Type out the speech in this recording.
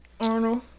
Arnold